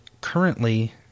currently